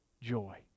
joy